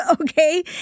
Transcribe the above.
okay